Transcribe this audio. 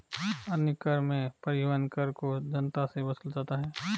अन्य कर में परिवहन कर को जनता से वसूला जाता है